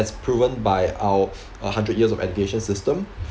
as proven by our uh hundred years of education system